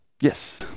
Yes